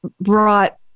brought